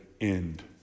end